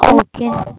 okay